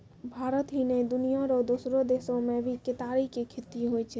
भारत ही नै, दुनिया रो दोसरो देसो मॅ भी केतारी के खेती होय छै